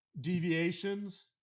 deviations